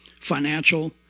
financial